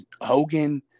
Hogan